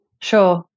Sure